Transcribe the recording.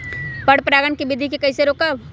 पर परागण केबिधी कईसे रोकब?